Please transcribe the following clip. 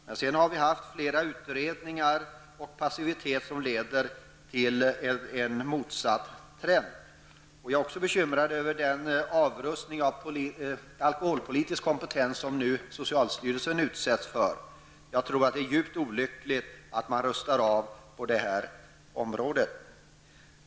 Därefter har det gjorts många utredningar, men passitiviteten har lett till en motsatt trend. Jag är också bekymrad över den avrustning av alkoholpolitisk kompetens som socialstyrelsen utsetts för. Jag tror att det är djupt olyckligt att man rustar av på detta område.